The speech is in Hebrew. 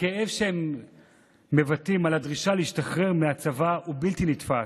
הכאב שהם מבטאים על הדרישה להשתחרר מהצבא הוא בלתי נתפס.